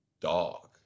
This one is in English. dog